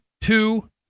two